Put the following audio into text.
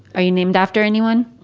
are you named after anyone?